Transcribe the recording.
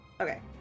Okay